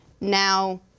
now